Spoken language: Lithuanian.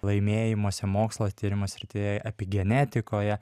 laimėjimuose mokslo tyrimų srityje epigenetikoje